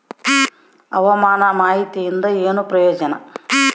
ಹವಾಮಾನ ಮಾಹಿತಿಯಿಂದ ಏನು ಪ್ರಯೋಜನ?